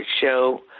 show